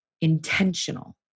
intentional